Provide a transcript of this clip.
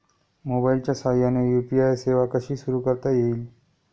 मोबाईलच्या साहाय्याने यू.पी.आय सेवा कशी सुरू करता येईल?